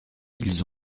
ils